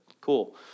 cool